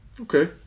Okay